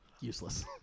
useless